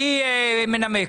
מי מנמק?